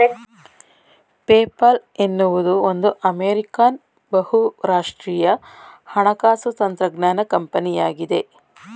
PayPal ಎನ್ನುವುದು ಒಂದು American ಬಹುರಾಷ್ಟ್ರೀಯ ಹಣಕಾಸು ತಂತ್ರಜ್ಞಾನ ಕಂಪನಿಯಾಗಿದೆ